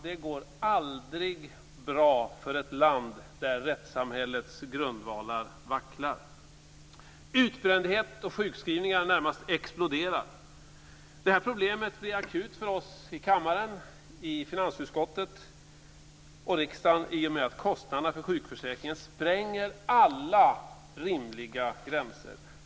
Det går aldrig bra för ett land där rättssamhällets grundvalar vacklar. Utbrändhet och sjukskrivningar närmast exploderar. Problemet blir akut för oss i kammaren och i finansutskottet i och med att kostnaderna för sjukförsäkringen spränger alla rimliga gränser.